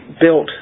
built